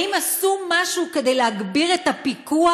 האם עשו משהו כדי להגביר את הפיקוח?